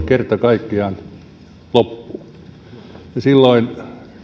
kerta kaikkiaan loppuu silloin